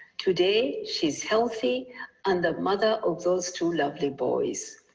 today she is healthy and a mother of those two lovely boys.